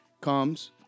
comes